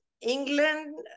England